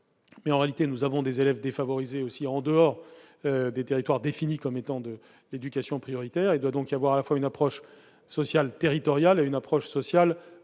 mais en réalité, nous avons des élèves défavorisés aussi en dehors des territoires définis comme étant de l'éducation prioritaire, et doit donc y avoir à la fois une approche sociale territoriale à une approche sociale plus